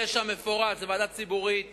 זאת ועדה ציבורית